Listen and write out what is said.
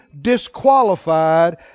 disqualified